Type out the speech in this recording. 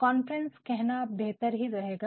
conference कहना हमेशा ही बेहतर रहेगा